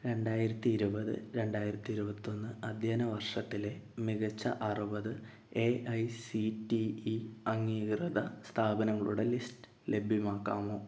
രണ്ടായിരത്തി ഇരുപത് രണ്ടായിരത്തി ഇരുപത്തൊന്ന് അധ്യയന വർഷത്തിലെ മികച്ച അറുപത് A I C T E അംഗീകൃത സ്ഥാപനങ്ങളുടെ ലിസ്റ്റ് ലഭ്യമാക്കാമോ